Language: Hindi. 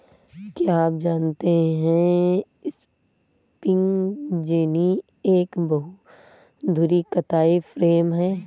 क्या आप जानते है स्पिंनिंग जेनि एक बहु धुरी कताई फ्रेम है?